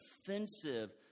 offensive